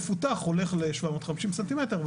המזערי לתרנגולת לא יירד מ-750 סמ"ר למטילה,